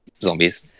zombies